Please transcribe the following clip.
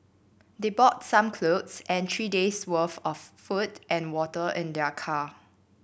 they brought some clothes and three days' worth of food and water in their car